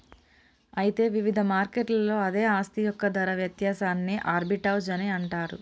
అయితే వివిధ మార్కెట్లలో అదే ఆస్తి యొక్క ధర వ్యత్యాసాన్ని ఆర్బిటౌజ్ అని అంటారు